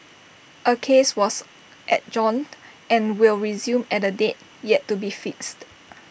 A case was adjourned and will resume at A date yet to be fixed